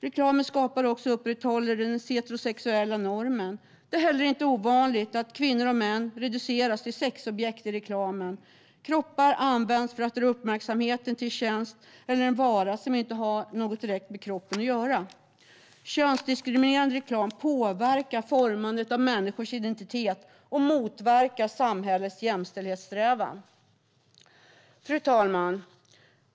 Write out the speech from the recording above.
Reklamen skapar och upprätthåller också den heterosexuella normen. Det är inte heller ovanligt att kvinnor och män reduceras till sexobjekt i reklamen. Kroppar används för att dra uppmärksamhet till en tjänst eller en vara som inte har något direkt med kroppen att göra. Könsdiskriminerande reklam påverkar formandet av människors identitet och motverkar samhällets jämställdhetssträvan. Fru talman!